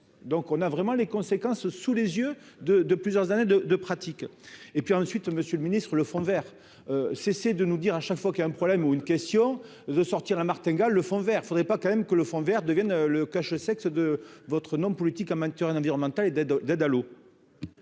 donc on a vraiment les conséquences sous les yeux de de plusieurs années de de pratique et puis ensuite, Monsieur le Ministre le fond Vert, cessez de nous dire à chaque fois qu'il y a un problème ou une question de sortir la martingale le fond Vert, faudrait pas quand même que le fond Vert devienne le cache-sexe de votre nom politique a maintenu, rien à dire, en